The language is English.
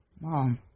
Mom